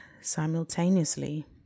simultaneously